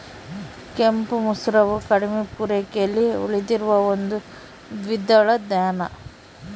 ಕೆಂಪು ಮಸೂರವು ಕಡಿಮೆ ಪೂರೈಕೆಯಲ್ಲಿ ಉಳಿದಿರುವ ಒಂದು ದ್ವಿದಳ ಧಾನ್ಯ